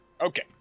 Okay